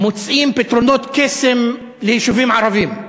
מוצאים פתרונות קסם ליישובים ערביים.